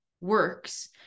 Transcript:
works